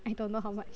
I don't know how much